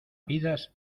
vidas